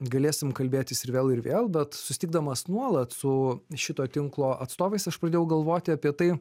galėsim kalbėtis ir vėl ir vėl bet susitikdamas nuolat su šito tinklo atstovais aš pradėjau galvoti apie tai